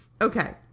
Okay